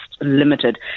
Limited